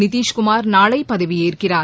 நிதிஷ்குமார் நாளை பதவியேற்கிறார்